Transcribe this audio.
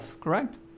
correct